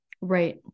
right